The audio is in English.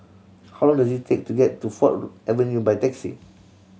how long does it take to get to Ford Avenue by taxi